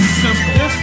simple